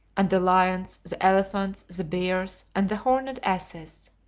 and the lions, the elephants, the bears, and the horned asses.